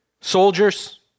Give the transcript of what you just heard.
Soldiers